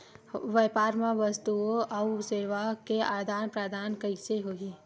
व्यापार मा वस्तुओ अउ सेवा के आदान प्रदान कइसे होही?